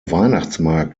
weihnachtsmarkt